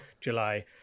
July